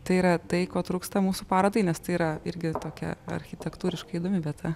tai yra tai ko trūksta mūsų parodai nes tai yra irgi tokia architektūriškai įdomi vieta